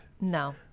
No